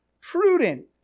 prudent